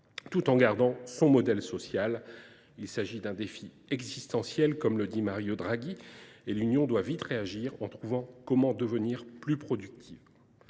tout en gardant son modèle social. Il s’agit d’un « défi existentiel », comme le dit Mario Draghi, et l’Union doit vite réagir, en trouvant comment devenir plus productive.